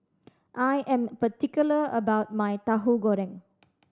I am particular about my Tahu Goreng